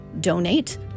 donate